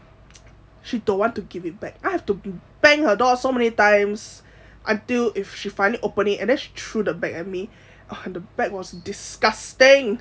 she don't want to give it back I have to bang her door so many times until if she finally opening and then she threw the bag at me oh the bag was disgusting